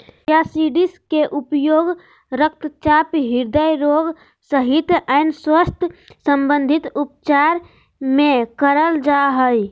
chia seeds के उपयोग रक्तचाप, हृदय रोग सहित अन्य स्वास्थ्य संबंधित उपचार मे करल जा हय